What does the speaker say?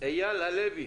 אייל הלוי.